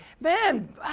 man